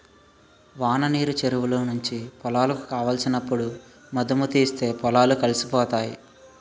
వాననీరు చెరువులో నుంచి పొలాలకు కావలసినప్పుడు మధుముతీస్తే పొలాలు కలిసిపోతాయి